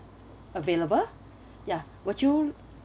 available ya would you